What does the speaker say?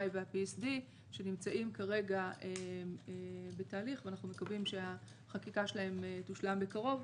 וה-PSD שנמצאים כרגע בתהליך ואנחנו מקווים שהחקיקה שלהם תושלם בקרוב.